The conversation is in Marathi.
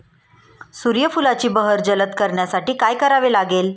सूर्यफुलाची बहर जलद करण्यासाठी काय करावे लागेल?